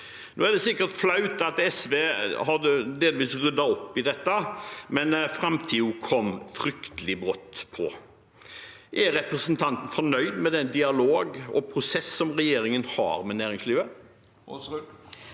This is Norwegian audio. Nå er det sikkert flaut at SV delvis har ryddet opp i dette, men framtiden kom fryktelig brått på. Er representanten fornøyd med den dialogen og prosessen som regjeringen har med næringslivet?